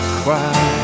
cry